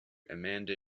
amanda